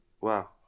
Wow